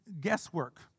guesswork